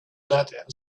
that